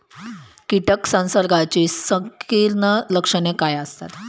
कीटक संसर्गाची संकीर्ण लक्षणे काय असतात?